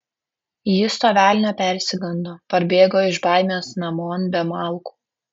jis to velnio persigando parbėgo iš baimės namon be malkų